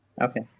okay